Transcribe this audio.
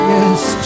Yes